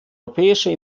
europäische